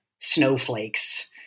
snowflakes